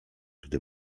gdy